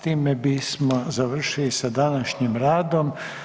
S time bismo završili sa današnjim radom.